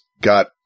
got